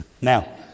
now